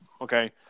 okay